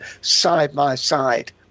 side-by-side